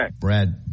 Brad